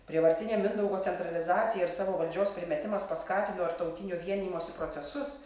prievartinė mindaugo centralizacija ir savo valdžios primetimas paskatino ir tautinio vienijimosi procesus